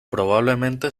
probablemente